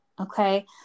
Okay